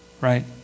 right